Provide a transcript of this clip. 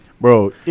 Bro